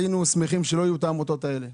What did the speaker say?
היינו שמחים שלא היו את העמותות האלה,